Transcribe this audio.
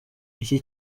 iki